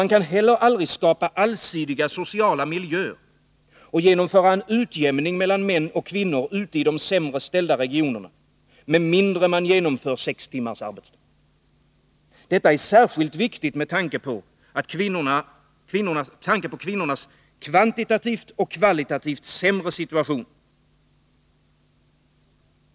Man kan heller aldrig skapa allsidiga sociala miljöer och genomföra en utjämning mellan män och kvinnor i de sämre ställda regionerna med mindre man genomför 6 timmars arbetsdag. Detta är särskilt viktigt med tanke på kvinnornas kvantitativt och kvalitativt sämre situation.